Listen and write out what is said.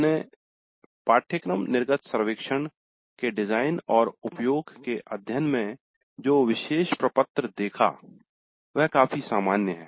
हमने "पाठ्यक्रम निर्गत सर्वेक्षण के डिजाईन और उपयोग" के अध्ययन में जो विशेष प्रपत्र देखा वह काफी सामान्य है